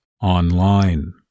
online